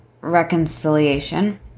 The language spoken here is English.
reconciliation